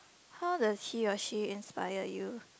how does he or she inspired you